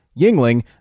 Yingling